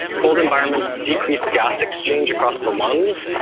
cold environments decrease gas exchange across the lungs.